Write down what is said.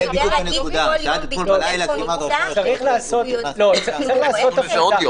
צריך לעשות הפרדה.